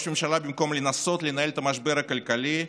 במקום לנסות לנהל את המשבר הכלכלי,